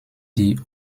die